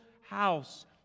house